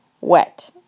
wet